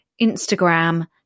Instagram